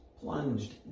plunged